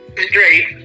straight